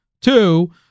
Two